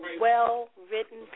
well-written